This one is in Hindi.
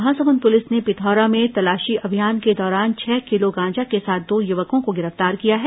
महासमुंद पुलिस ने पिथौरा में तलाशी अभियान के दौरान छह किलो गांजा के साथ दो युवकों को गिरफ्तार किया है